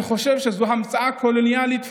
אני חושב שזו המצאה קולוניאלית",